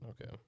Okay